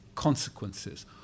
consequences